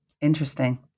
Interesting